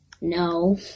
No